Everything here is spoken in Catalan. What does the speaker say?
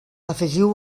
afegiu